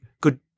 good